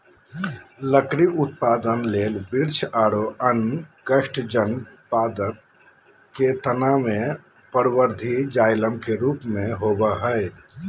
लकड़ी उत्पादन ले वृक्ष आरो अन्य काष्टजन्य पादप के तना मे परवर्धी जायलम के रुप मे होवअ हई